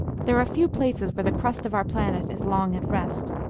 there are few places where the crust of our planet is long at rest.